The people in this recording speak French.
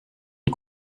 une